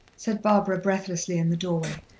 said barbara breathlessly in the doorway.